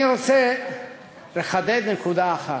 אני רוצה לחדד נקודה אחת.